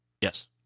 Yes